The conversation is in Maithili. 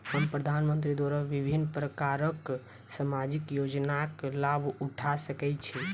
हम प्रधानमंत्री द्वारा विभिन्न प्रकारक सामाजिक योजनाक लाभ उठा सकै छी?